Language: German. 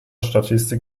statistik